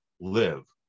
live